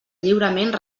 lliurement